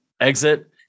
exit